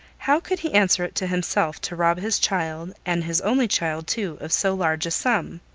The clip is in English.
how could he answer it to himself to rob his child, and his only child too, of so large a sum?